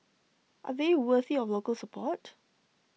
are they worthy of local support